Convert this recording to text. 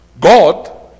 God